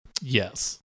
Yes